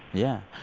yeah.